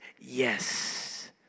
yes